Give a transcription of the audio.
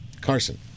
Carson